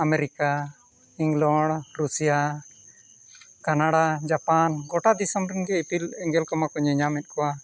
America England Russia Canada Japan ᱜᱳᱴᱟ ᱫᱤᱥᱚᱢ ᱨᱮᱱ ᱜᱮ ᱤᱯᱤᱞ ᱮᱸᱜᱮᱞ ᱠᱚᱢᱟ ᱠᱚ ᱧᱮᱧᱟᱢᱮᱫ ᱠᱚᱣᱟ